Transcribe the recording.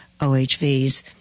OHVs